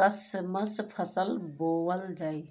कसमक फसल बोवल जाई?